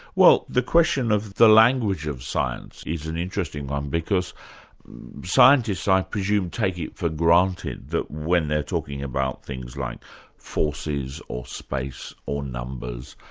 well the question of the language of science is an interesting one um because scientists i presume take it for granted that when they're talking about things like forces or space or numbers,